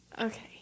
Okay